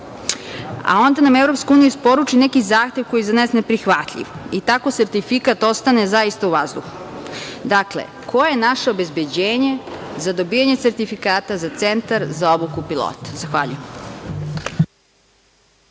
a onda nam EU isporuči neki zahtev koji je za nas neprihvatljiv i tako sertifikat ostane zaista u vazduhu. Dakle, koje je naše obezbeđenje za dobijanje sertifikata za Centar za obuku pilota? Zahvaljujem.